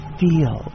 feel